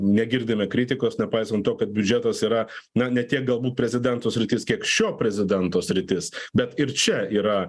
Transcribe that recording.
negirdime kritikos nepaisan to kad biudžetas yra na ne tiek galbūt prezidento sritis kiek šio prezidento sritis bet ir čia yra